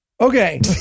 Okay